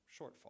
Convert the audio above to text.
shortfall